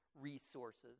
resources